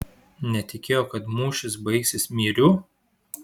netikėjo kad mūšis baigsis myriu